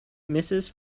misses